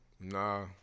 Nah